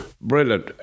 Brilliant